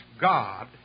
God